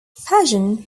fashion